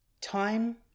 Time